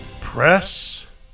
Press